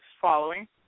following